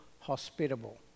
hospitable